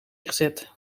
gezet